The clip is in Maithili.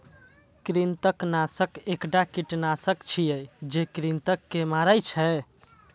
कृंतकनाशक एकटा कीटनाशक छियै, जे कृंतक के मारै छै